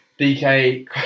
DK